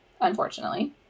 unfortunately